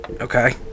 Okay